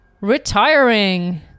retiring